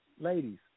ladies